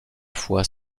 fois